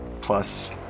plus